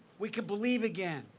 we can believe again.